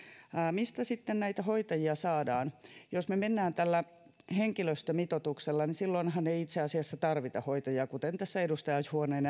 mistä sitten näitä hoitajia saadaan jos me menemme tällä henkilöstömitoituksella niin silloinhan ei itse asiassa tarvita hoitajia kuten tässä edustaja juvonen